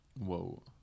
Whoa